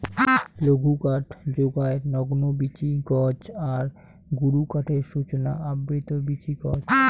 লঘুকাঠ যোগায় নগ্নবীচি গছ আর গুরুকাঠের সূচনা আবৃত বীচি গছ